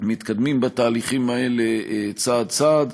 מתקדמים בתהליכים האלה צעד-צעד,